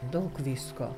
daug visko